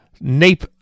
nape